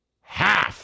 half